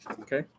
okay